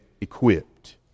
equipped